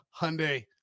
Hyundai